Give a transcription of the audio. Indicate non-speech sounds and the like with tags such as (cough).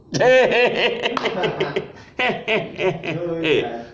(laughs)